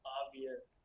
obvious